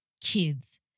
kids